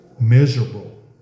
miserable